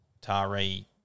Tari